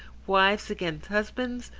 wives against husbands,